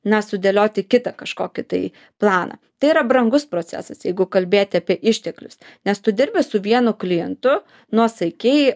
na sudėlioti kitą kažkokį tai planą tai yra brangus procesas jeigu kalbėti apie išteklius nes tu dirbi su vienu klientu nuosaikiai